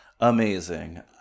amazing